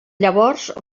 llavors